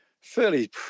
Fairly